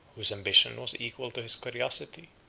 whose ambition was equal to his curiosity,